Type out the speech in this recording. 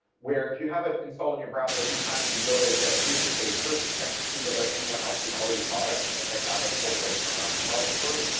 where if you have it installed on your browser, every time you go to get a pacer page, first it checks to see whether anyone else has already got it, and if they have it, pulls it from a repository,